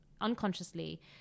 unconsciously